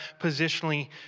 positionally